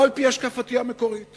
לא על-פי השקפתי המקורית